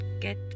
get